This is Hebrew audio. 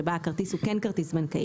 שבה הכרטיס הוא כן כרטיס בנקאי,